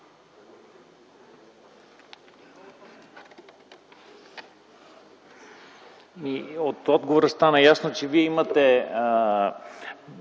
отговора стана ясно, че Вие имате